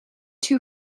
too